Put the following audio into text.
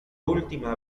última